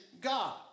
God